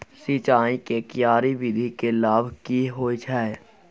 सिंचाई के क्यारी विधी के लाभ की होय छै?